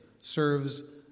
serves